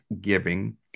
giving